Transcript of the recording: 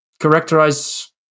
characterize